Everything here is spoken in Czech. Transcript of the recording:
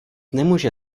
nemůže